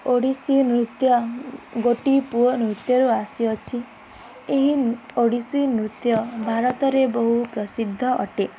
ଓଡ଼ିଶୀ ନୃତ୍ୟ ଗୋଟିଏ ପୁଅ ନୃତ୍ୟରୁ ଆସିଅଛି ଏହି ଓଡ଼ିଶୀ ନୃତ୍ୟ ଭାରତରେ ବହୁ ପ୍ରସିଦ୍ଧ ଅଟେ